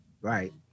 right